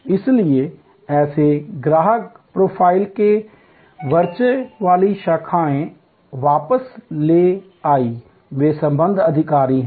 इसलिए ऐसे ग्राहक प्रोफाइल के वर्चस्व वाली शाखाएँ वापस ले आईं वे संबंध अधिकारी हैं